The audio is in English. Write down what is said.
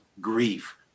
grief